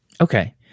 Okay